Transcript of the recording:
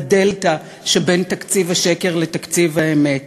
בדלתא שבין תקציב השקר לתקציב האמת.